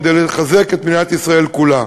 כדי לחזק את מדינת ישראל כולה.